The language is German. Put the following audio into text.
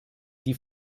die